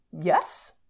yes